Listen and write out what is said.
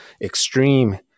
extreme